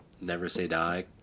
never-say-die